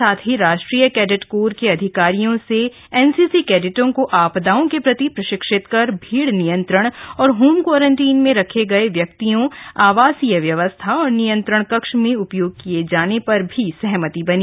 साथ ही राष्ट्रीय कैडेट कोर के अधिकारियों से एन सी सी कैडेटों को आपदाओं के प्रति प्रशिक्षित कर भीड़ नियंत्रण और होम क्वारंटीन में रखे गए व्यक्तियों आवासीय व्यवस्था और नियंत्रण कक्ष में उपयोग किये जाने पर भी सहमति बनी